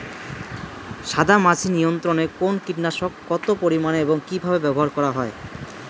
সাদামাছি নিয়ন্ত্রণে কোন কীটনাশক কত পরিমাণে এবং কীভাবে ব্যবহার করা হয়?